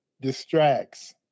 distracts